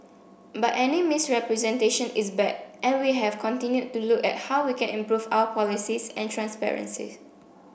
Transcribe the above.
but any misrepresentation is bad and we have continued to look at how we can improve our policies and transparency